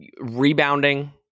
rebounding